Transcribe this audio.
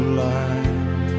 life